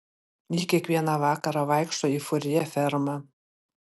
ji kiekvieną vakarą vaikšto į furjė fermą